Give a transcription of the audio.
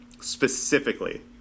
Specifically